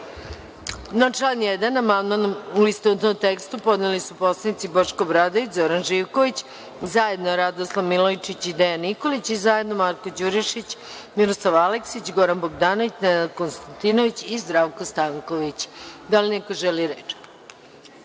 član 1. amandman, u istovetnom tekstu, podneli su poslanici Boško Obradović, Zoran Živković, zajedno Radoslav Milojičić i Dejan Nikolić i zajedno Marko Đurišić, Miroslav Aleksić, Goran Bogdanović, Nenad Konastantinović i Zdravko Stanković. Da li neko želi reč?